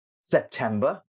September